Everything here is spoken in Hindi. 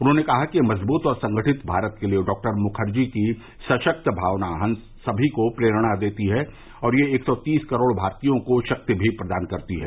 उन्होंने कहा कि मजबूत और संगठित भारत के लिए डॉ मुखर्जी की सशक्त भावना हम सभी को प्रेरणा देती है और यह एक सौ तीस करोड़ भारतवासियों को शक्ति भी प्रदान करती है